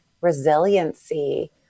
resiliency